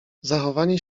zachowanie